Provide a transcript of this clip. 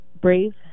brave